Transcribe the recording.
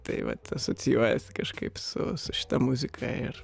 tai vat asocijuojasi kažkaip su su šita muzika ir